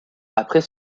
après